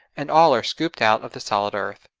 and all are scooped out of the solid earth.